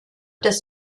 das